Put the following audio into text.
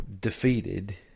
defeated